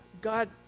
God